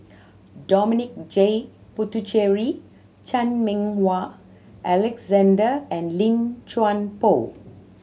Dominic J Puthucheary Chan Meng Wah Alexander and Lim Chuan Poh